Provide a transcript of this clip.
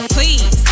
Please